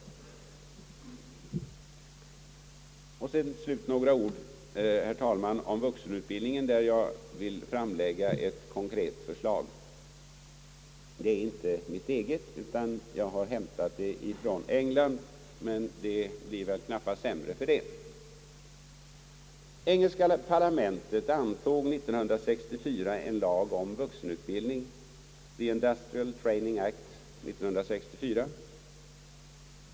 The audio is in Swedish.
Till slut vill jag säga några ord om vuxenutbildningen, och jag vill när det gäller den framlägga ett konkret förslag. Det är inte mitt eget utan är hämtat från England, men det blir inte sämre för det. Engelska parlamentet antog år 1964 en lag om vuxenutbildning »The Industrial Training Act 1964».